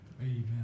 Amen